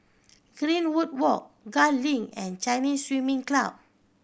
Greenwood Walk Gul Link and Chinese Swimming Club